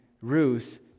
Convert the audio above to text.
Ruth